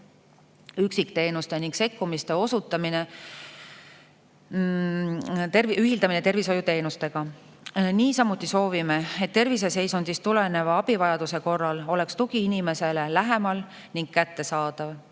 üksikteenuste ning sekkumiste osutamine, ühildamine tervishoiuteenustega. Niisamuti soovime, et terviseseisundist tuleneva abivajaduse korral oleks tugi inimesele lähemal ning kättesaadav,